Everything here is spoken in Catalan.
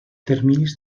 terminis